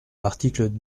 l’article